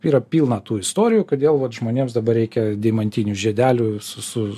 yra pilna tų istorijų kodėl vat žmonėms dabar reikia deimantinių žiedelių su su